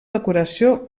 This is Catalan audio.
decoració